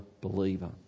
believer